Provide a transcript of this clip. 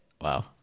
Wow